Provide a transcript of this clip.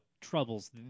troubles